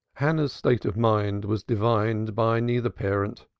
hannah's state of mind was divined by neither parent.